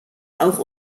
auch